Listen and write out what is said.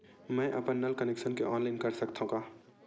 मैं अपन नल कनेक्शन के ऑनलाइन कर सकथव का?